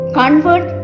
convert